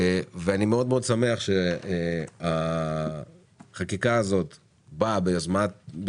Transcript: ואני שמח מאוד שהחקיקה הזאת באה ביוזמתה